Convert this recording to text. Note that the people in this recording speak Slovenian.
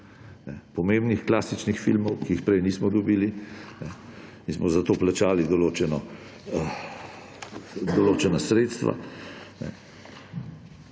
pomembnih klasičnih filmov, ki jih prej nismo dobili, in smo za to plačali določena sredstva.